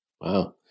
Wow